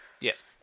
Yes